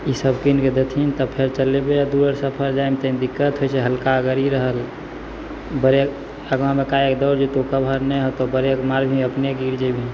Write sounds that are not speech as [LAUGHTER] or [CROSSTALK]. ईसब किनिके देथिन तब फेर चलेबै दूरके सफर जाइमे दिक्कत होइ छै हल्का गाड़ी रहल ब्रेक आँगामेका [UNINTELLIGIBLE] ब्रेक मारबही अपने गिरि जेबही